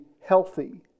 healthy